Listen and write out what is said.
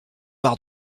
par